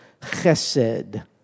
chesed